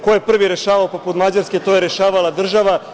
Ko je prvi rešavao poput Mađarske, to je rešavala država.